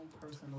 personal